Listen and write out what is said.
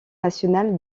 national